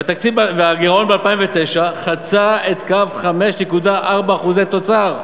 והגירעון ב-2009 חצה את קו 5.4% תוצר.